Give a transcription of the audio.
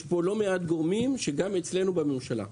פה לא מעט גורמים שהם גם אצלנו בממשלה.